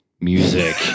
music